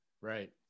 Right